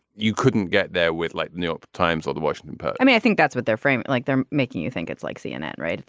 you couldn't get there with like new york times or the washington post i mean i think that's what they're frame. like they're making you think it's like cnn. right.